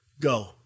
Go